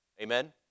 Amen